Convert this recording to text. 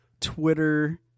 Twitter